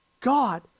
God